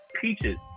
Peaches